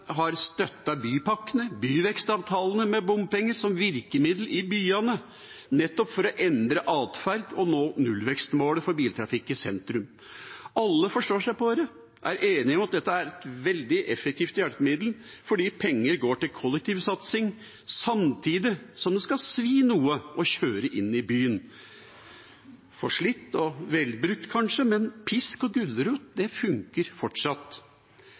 har støttet bypakkene, byvekstavtalene, med bompenger som virkemiddel i byene, nettopp for å endre atferd og nå nullvekstmålet for biltrafikken i sentrum. Alle forståsegpåere er enige om at dette er et veldig effektivt hjelpemiddel fordi pengene går til kollektiv satsing, samtidig som det skal svi noe å kjøre inn i byen. Forslitt og velbrukt, kanskje, men pisk og gulrot funker fortsatt.